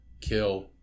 kill